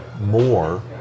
more